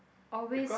always